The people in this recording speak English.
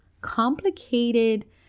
complicated